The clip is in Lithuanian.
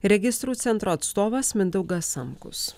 registrų centro atstovas mindaugas samkus